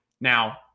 Now